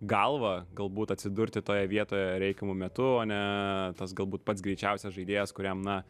galva galbūt atsidurti toje vietoje reikiamu metu o ne tas galbūt pats greičiausias žaidėjas kuriam na